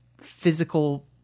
physical